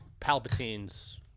Palpatine's